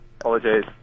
apologies